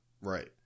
right